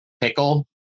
Pickle